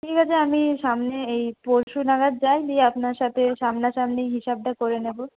ঠিক আছে আমি সামনে এই পরশু নাগাদ যাই দিয়ে আপনার সাথে সামনাসামনি হিসাবটা করে নেব